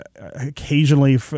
occasionally